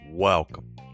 Welcome